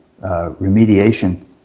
remediation